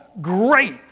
great